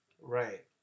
right